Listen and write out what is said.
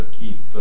keep